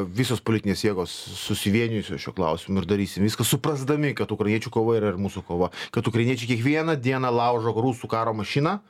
visos politinės jėgos susivienijusios šiuo klausimu ir darysim viską suprasdami kad ukrainiečių kova yra ir mūsų kova kad ukrainiečiai kiekvieną dieną laužo rusų karo mašiną